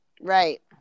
right